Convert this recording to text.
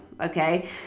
Okay